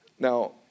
Now